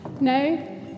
No